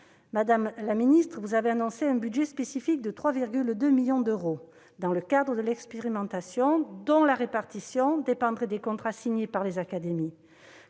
Madame la secrétaire d'État, vous avez annoncé un budget spécifique de 3,2 millions d'euros dans le cadre de l'expérimentation, dont la répartition dépendrait des contrats signés par les académies.